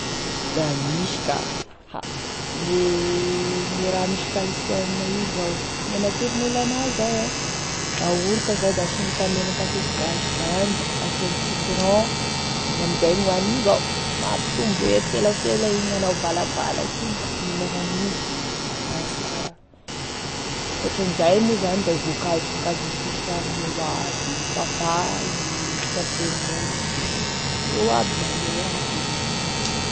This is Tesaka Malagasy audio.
Da misy ka, ha gne gne raha misy calcium io zao, gne natoron'olo agnahy zao e yaorta zao da asiagny tamenaky atody gasy zany da asiagny citron, igny aminizay hoanigny zao, mampitombo hery selasela igny anao valabalaky igny da mihinagna an'igny da ao sara, ankoatra an'izay moa zany da e voankazo, voankazo misy ranoranoniny io aby izy, papaye, pamplemousse, reo aby magnome hery aby io.